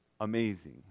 Amazing